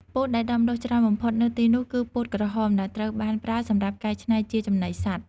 ពោតដែលដាំដុះច្រើនបំផុតនៅទីនោះគឺ ពោតក្រហម ដែលត្រូវបានប្រើសម្រាប់កែច្នៃជាចំណីសត្វ។